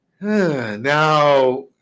Now